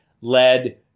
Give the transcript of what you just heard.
led